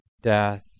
death